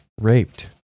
raped